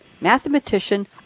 mathematician